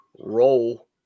roll